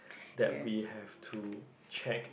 that we have to check